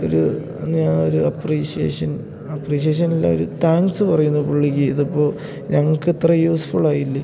ഒരു ഞാൻ ഒരു അപ്രീസിയേഷൻ അപ്രീസിയേഷനല്ല ഒരു താങ്ക്സ് പറയുന്നു പുള്ളിക്ക് ഇതിപ്പോൾ ഞങ്ങൾക്കിത്ര യൂസ്ഫുളായില്ലേ